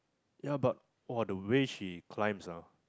ya but !wah! the way she climbs ah